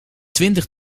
twintig